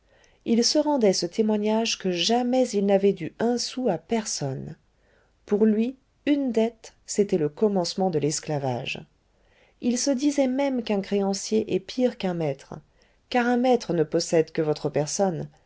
il se rendait ce témoignage que jamais il n'avait dû un sou à personne pour lui une dette c'était le commencement de l'esclavage il se disait même qu'un créancier est pire qu'un maître car un maître ne possède que votre personne